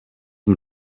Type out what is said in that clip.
mit